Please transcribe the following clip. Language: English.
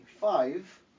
five